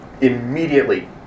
Immediately